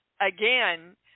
again